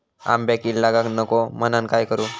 आंब्यक कीड लागाक नको म्हनान काय करू?